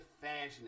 fashion